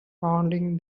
pounding